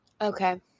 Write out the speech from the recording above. Okay